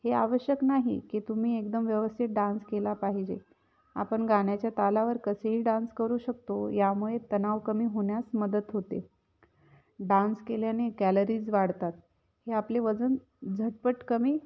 हे आवश्यक नाही की तुम्ही एकदम व्यवस्थित डान्स केला पाहिजे आपण गाण्याच्या तालावर कसेही डान्स करू शकतो यामुळे तणाव कमी होण्यास मदत होते डान्स केल्याने कॅलरीज वाढतात हे आपले वजन झटपट कमी